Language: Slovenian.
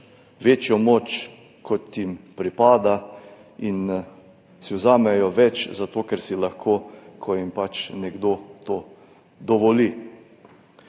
večjo moč, kot jim pripada, in si jo vzamejo več zato, ker si lahko, ker jim pač nekdo to dovoli.